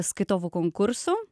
skaitovų konkursų